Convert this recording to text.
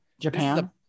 Japan